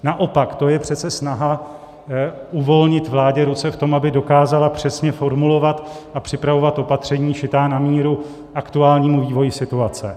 Naopak je to přece snaha uvolnit vládě ruce v tom, aby dokázala přesně formulovat a připravovat opatření šitá na míru aktuálnímu vývoji situace.